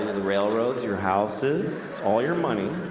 railroads, your houses, all your money,